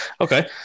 Okay